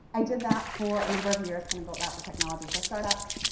i did that for a number of years, kind of built out the technology for startups.